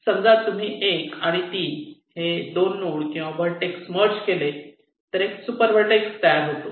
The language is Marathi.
समजा तुम्ही 1 आणि 3 हे दोन नोड किंवा व्हर्टेक्स मर्ज केले तर एक सुपर व्हर्टेक्स तयार होतो